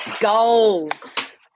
Goals